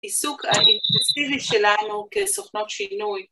עיסוק האינסטינקטיבי שלנו כסוכנות שינוי